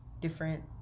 different